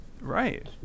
Right